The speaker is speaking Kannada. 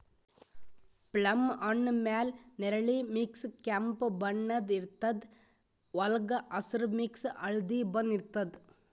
ಪ್ಲಮ್ ಹಣ್ಣ್ ಮ್ಯಾಲ್ ನೆರಳಿ ಮಿಕ್ಸ್ ಕೆಂಪ್ ಬಣ್ಣದ್ ಇರ್ತದ್ ವಳ್ಗ್ ಹಸ್ರ್ ಮಿಕ್ಸ್ ಹಳ್ದಿ ಬಣ್ಣ ಇರ್ತದ್